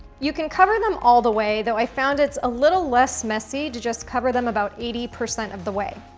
you can cover them all the way, though i found it's a little less messy to just cover them about eighty percent of the way.